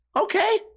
Okay